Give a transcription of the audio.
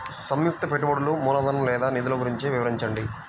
సంయుక్త పెట్టుబడులు మూలధనం లేదా నిధులు గురించి వివరించండి?